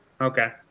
Okay